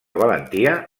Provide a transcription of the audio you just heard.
valentia